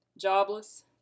jobless